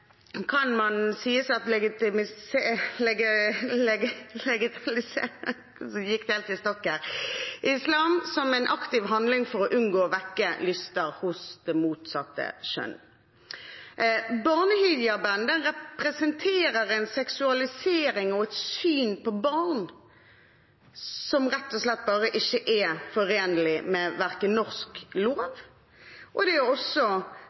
kan man si at legitimeres av islam som en aktiv handling for å unngå å vekke lyster hos det motsatte kjønn. Barnehijaben representerer en seksualisering av og et syn på barn som rett og slett bare ikke er forenlig med norsk lov, og det er kanskje også